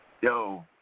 yo